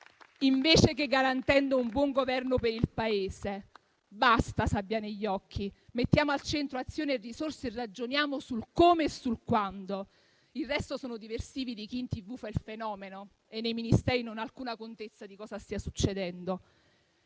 invece che garantendo un buon Governo per il Paese. Basta sabbia negli occhi; mettiamo al centro azioni e risorse e ragioniamo sul come e sul quando. Il resto sono diversivi di chi in tv fa il fenomeno e nei Ministeri non ha alcuna contezza di cosa stia succedendo.